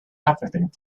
everything